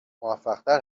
موفقتر